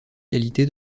qualité